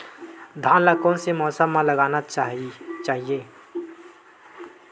धान ल कोन से मौसम म लगाना चहिए?